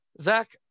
Zach